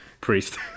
priest